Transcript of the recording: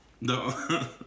No